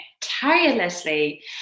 tirelessly